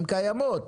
הן קיימות,